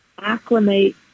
acclimate